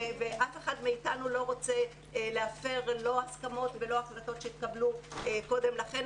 ואף אחד מאתנו לא רוצה להפר הסכמות ולא החלטות שהתקבלו קודם לכן.